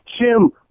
Jim